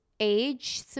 age